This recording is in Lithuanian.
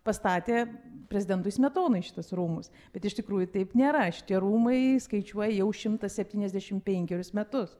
pastatė prezidentui smetonai šituos rūmus bet iš tikrųjų taip nėra šitie rūmai skaičiuoja jau šimtą septyniasdešim penkerius metus